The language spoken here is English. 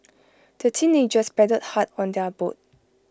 the teenagers paddled hard on their boat